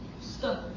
stuck